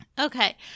Okay